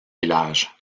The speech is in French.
village